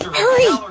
hurry